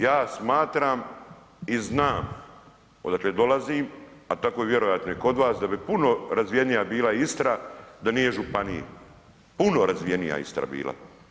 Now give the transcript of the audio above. Ja smatram i znam odakle dolazim, a tako vjerojatno je i kod vas da bi puno razvijenija bila Istra da nije županije, puno razvijenija Istra bila.